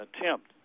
attempt